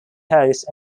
house